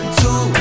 two